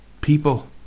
people